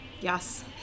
Yes